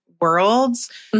worlds